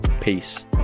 Peace